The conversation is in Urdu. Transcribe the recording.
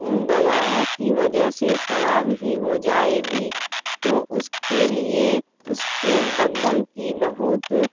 ان دواؤں کی وجہ سے خراب ہی ہو جائے گی تو اس کے لیے اس کے بدل کی بہت